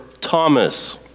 Thomas